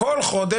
כל חודש,